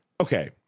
okay